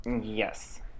yes